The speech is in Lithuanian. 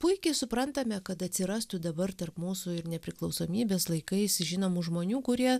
puikiai suprantame kad atsirastų dabar tarp mūsų ir nepriklausomybės laikais žinomų žmonių kurie